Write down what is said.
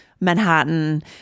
Manhattan